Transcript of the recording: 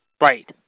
Right